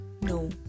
no